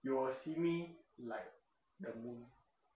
you will see me like the moon